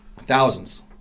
Thousands